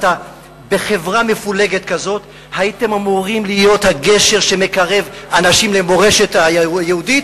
בחברה מפולגת כזאת הייתם אמורים להיות הגשר שמקרב אנשים למורשת היהודית,